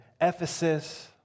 Ephesus